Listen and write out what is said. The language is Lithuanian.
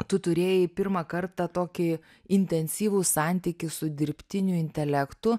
tu turėjai pirmą kartą tokį intensyvų santykį su dirbtiniu intelektu